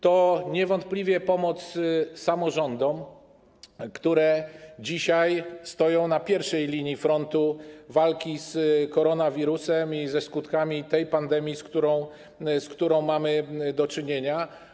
To niewątpliwie pomoc samorządom, które dzisiaj stoją na pierwszej linii frontu walki z koronawirusem i ze skutkami tej pandemii, z którą mamy do czynienia.